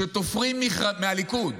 מהליכוד,